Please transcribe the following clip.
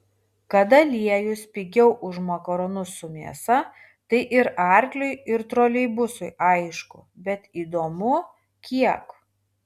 kad aliejus pigiau už makaronus su mėsa tai ir arkliui ir troleibusui aišku bet įdomu kiek